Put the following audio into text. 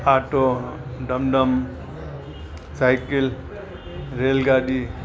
auto डमडम cycle रेलगाॾी